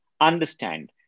understand